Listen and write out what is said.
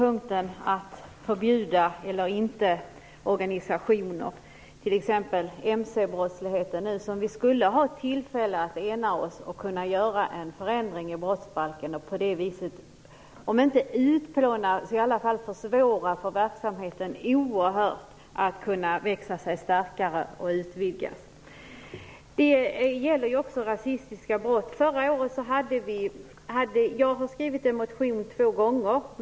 Fru talman! Det gäller punkten att förbjuda organisationer eller inte, t.ex. brottsliga mc-klubbar. Vi skulle nu ha tillfälle att ena oss om att göra en förändring i brottsbalken och på det viset om inte utplåna så i alla fall försvåra oerhört för verksamheten att växa sig starkare och att utvidgas. Det gäller också rasistiska brott. Jag har skrivit samma motion två gånger.